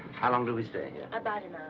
how long do we stay here? about an